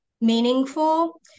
meaningful